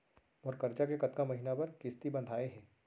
मोर करजा के कतका महीना बर किस्ती बंधाये हे?